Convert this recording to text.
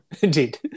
Indeed